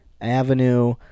Avenue